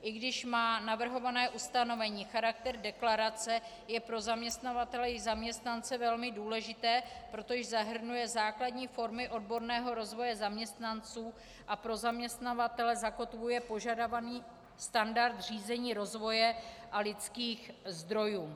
I když má navrhované ustanovení charakter deklarace, je pro zaměstnavatele i zaměstnance velmi důležité, protože zahrnuje základní formy odborného rozvoje zaměstnanců a pro zaměstnavatele zakotvuje požadovaný standard řízení rozvoje a lidských zdrojů.